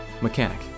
mechanic